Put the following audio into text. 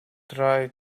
try